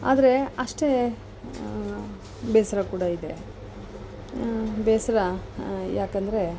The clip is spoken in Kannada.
ಆದರೆ ಅಷ್ಟೇ ಬೇಸರ ಕೂಡ ಇದೆ ಬೇಸರ ಯಾಕಂದರೆ